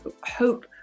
hope